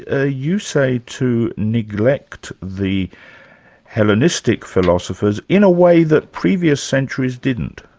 ah you say, to neglect the hellenistic philosophers in a way that previous centuries didn't.